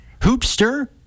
hoopster